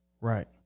Right